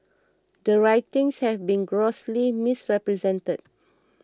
the writings have been grossly misrepresented